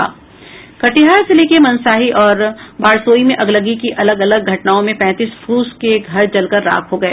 कटिहार जिले के मनसाही और बारसोई में अगलगी की अगल अलग घटनाओं में पैंतीस फूस के घर जलकर राख हो गए